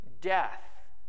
death